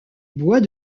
bois